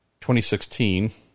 2016